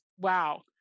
wow